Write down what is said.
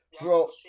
Bro